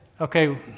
okay